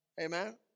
Amen